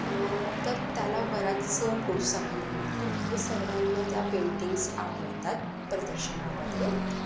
तर त्याला बराचसं प्रोत्साहन भेटतो आहे सर्वांना त्या पेंटिंग्ज आवडतात प्रदर्शनामध्ये